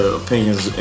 opinions